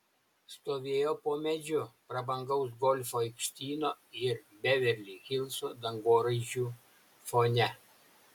stovėjo po medžiu prabangaus golfo aikštyno ir beverli hilso dangoraižių fone